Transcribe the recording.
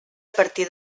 partir